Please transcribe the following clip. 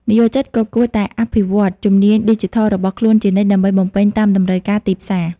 និយោជិតក៏គួរតែ អភិវឌ្ឍជំនាញឌីជីថល របស់ខ្លួនជានិច្ច ដើម្បីបំពេញតាមតម្រូវការទីផ្សារ។